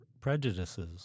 prejudices